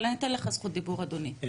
אבל אני אתן לך זכות דיבור אדוני,